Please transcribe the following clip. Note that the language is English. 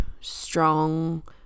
strong